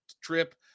trip